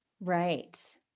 Right